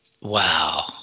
Wow